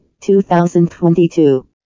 2022